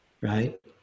right